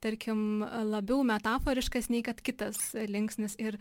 tarkim labiau metaforiškas nei kad kitas linksnis ir